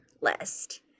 list